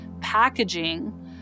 packaging